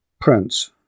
Prince